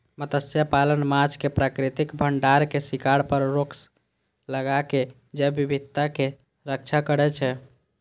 मत्स्यपालन माछक प्राकृतिक भंडारक शिकार पर रोक लगाके जैव विविधताक रक्षा करै छै